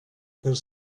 per